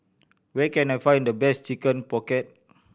where can I find the best Chicken Pocket